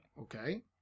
Okay